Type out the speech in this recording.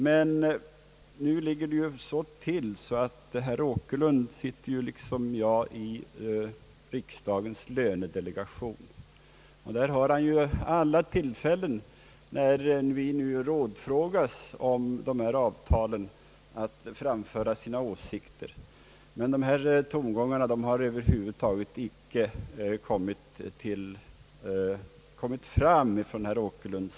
Men nu ligger det ju till på det sättet, att herr Åkerlund liksom jag är ledamot av riksdagens lönedelegation, och där har han ju alla tillfällen, när vi nu rådfrågas om dessa avtal, att framföra sina åsikter. Men de tongångar som vi hörde nyss har herr Åkerlund över huvud taget inte framfört i detta sammanhang.